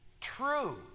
true